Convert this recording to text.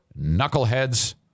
knuckleheads